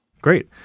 Great